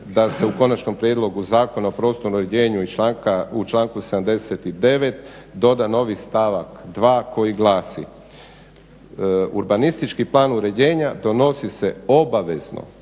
da se u Konačnom prijedlogu zakona o prostornom uređenju u članku 79. doda novi stavak 2. koji glasi: "Urbanistički plan uređenja donosi se obavezno